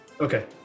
Okay